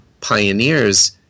pioneers